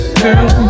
girl